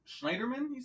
Schneiderman